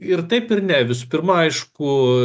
ir taip ir ne visų pirma aišku